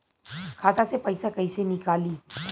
खाता से पैसा कैसे नीकली?